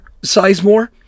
Sizemore